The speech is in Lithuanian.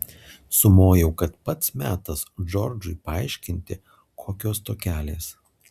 sumojau kad pats metas džordžui paaiškinti kokios tokelės